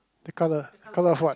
the colour colour of what